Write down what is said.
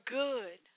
good